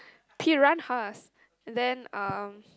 piranhas and then um